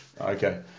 Okay